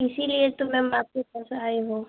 इसीलिए तो मैम आपके पास आई हूँ